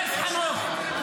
על מה אתה כועס, חנוך?